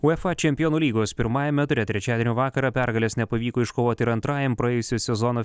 uefa čempionų lygos pirmajame ture trečiadienio vakarą pergalės nepavyko iškovoti ir antrajam praėjusio sezono